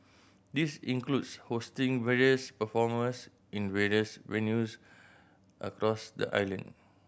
this includes hosting various performers in various venues across the island